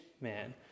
man